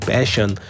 Passion